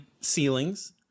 ceilings